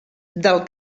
del